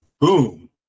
Boom